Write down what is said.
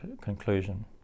conclusion